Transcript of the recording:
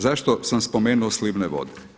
Zašto sam spomenuo slivne vode?